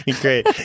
Great